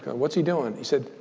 what's he doing? he said,